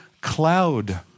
cloud